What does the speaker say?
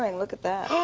and look at that.